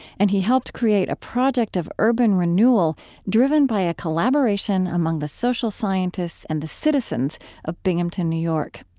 and he helped create a project of urban renewal driven by a collaboration among the social scientists and the citizens of binghamton, new york.